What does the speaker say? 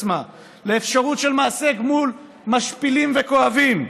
עצמה לאפשרות של מעשי גמול משפילים וכואבים,